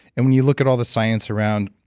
and when you look at all the science around